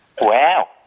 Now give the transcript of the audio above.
Wow